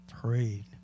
Prayed